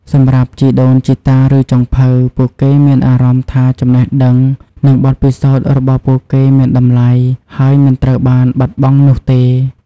សម្រាប់ ជីដូនជីតា ឬចុងភៅ ពួកគេមានអារម្មណ៍ថាចំណេះដឹងនិងបទពិសោធន៍របស់ពួកគេមានតម្លៃ ហើយមិនត្រូវបានបាត់បង់នោះទេ។